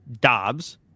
Dobbs